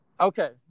okay